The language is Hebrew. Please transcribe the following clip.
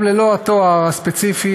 גם ללא התואר הספציפי,